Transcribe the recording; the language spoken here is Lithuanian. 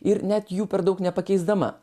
ir net jų per daug nepakeisdama